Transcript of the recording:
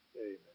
Amen